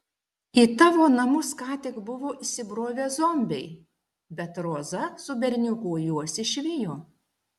į tavo namus ką tik buvo įsibrovę zombiai bet roza su berniuku juos išvijo